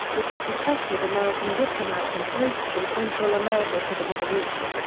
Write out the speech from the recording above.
woods had protected american diplomats in posts from central america to the middle east.